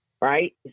right